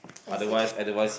is it